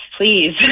please